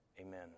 amen